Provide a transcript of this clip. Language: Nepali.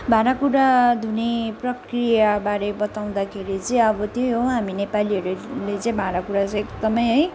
भाँडाकुँडा धुने प्रकियाबारे बताउँदाखेरि चाहिँ अब त्यही हो हामी नेपालीहरूले चाहिँ भाँडाकुँडा चाहिँ एकदमै है